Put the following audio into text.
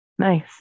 Nice